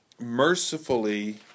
mercifully